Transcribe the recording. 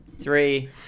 three